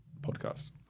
podcast